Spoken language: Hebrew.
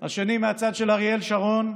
השני מהצד של אריאל שרון.